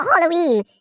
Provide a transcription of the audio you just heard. Halloween